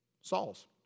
Saul's